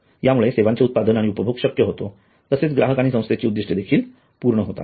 ह्यामुळे सेवांचे उत्पादन आणि उपभोग शक्य होतो तसेच ग्राहक आणि संस्थेची उद्दिष्टे देखील पूर्ण होतात